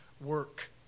work